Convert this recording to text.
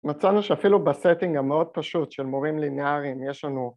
‫מצאנו שאפילו בסטינג המאוד פשוט ‫של מורים לינאריים יש לנו...